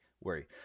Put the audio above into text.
worry